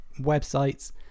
websites